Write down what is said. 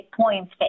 points